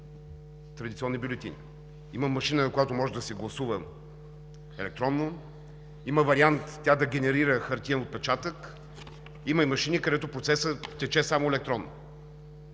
традиционни бюлетини. Има машина, на която може да се гласува електронно и има вариант тя да генерира хартиен отпечатък. Има и машини, където процесът тече само електронно.